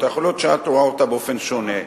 יכול להיות שאת רואה אותה באופן שונה,